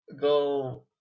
Go